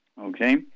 okay